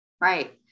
right